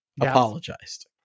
apologized